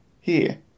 Here